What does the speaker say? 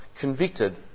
convicted